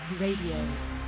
Radio